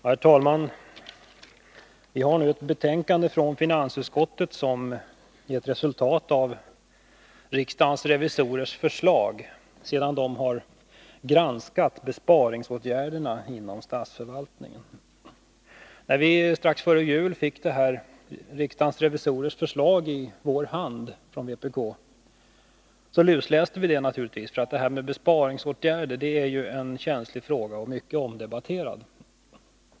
Herr talman! Vi har nu ett betänkande från finansutskottet som är ett resultat av riksdagens revisorers förslag sedan de har granskat besparingsåtgärderna inom statsförvaltningen. När vi från vpk strax före jul fick riksdagens revisorers förslag i vår hand lusläste vi det naturligtvis, för besparingsåtgärderna är ju en känslig och mycket omdebatterad fråga.